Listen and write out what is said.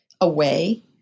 away